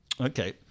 Okay